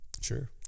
Sure